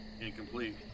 incomplete